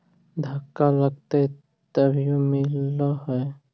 धक्का लगतय तभीयो मिल है?